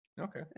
Okay